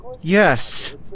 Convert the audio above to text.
Yes